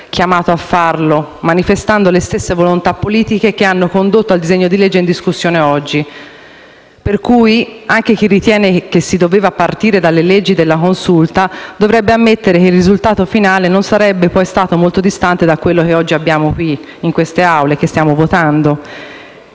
chiamato a farlo, manifestando le stesse volontà politiche che hanno condotto al disegno di legge in discussione oggi. Per cui, anche chi ritiene che si doveva partire dalle leggi della Consulta dovrebbe ammettere che il risultato finale non sarebbe stato molto distante da quanto stiamo votando.